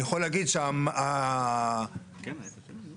אין סיבה להעביר את זה לקרן לשמירת ניסיון.